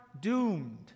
doomed